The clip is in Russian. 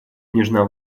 княжна